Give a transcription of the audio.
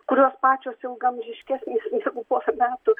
kurios pačios ilgaamžiškesnės negu porą metų